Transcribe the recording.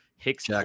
Hicks